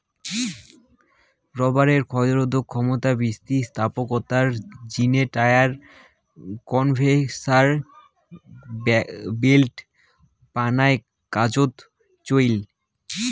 রবারের ক্ষয়রোধক ক্ষমতা, স্থিতিস্থাপকতার জিনে টায়ার, কনভেয়ার ব্যাল্ট বানার কাজোত চইল